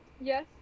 Yes